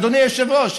אדוני היושב-ראש,